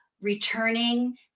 returning